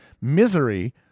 misery